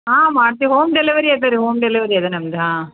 ಹಾಂ ಮಾಡ್ತೀವಿ home delivery ಅದಾ ರೀ ಹೋಮ್ ಡೆಲವರಿ ಅದಾ ನಮ್ದು ಹಾಂ